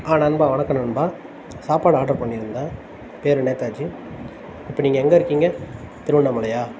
நண்பா வணக்கம் நண்பா சாப்பாடு ஆர்டர் பண்ணியிருந்தேன் பேர் நேதாஜி இப்போ நீங்கள் எங்கே இருக்கீங்க திருவண்ணாமலையா